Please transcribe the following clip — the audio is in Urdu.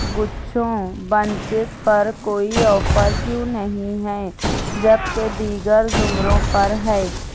گچھوں بنچیز پر کوئی آفر کیوں نہیں ہیں جبکہ دیگر زمروں پر ہے